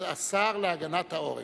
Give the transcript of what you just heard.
השר להגנת העורף.